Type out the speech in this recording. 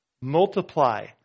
multiply